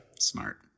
Smart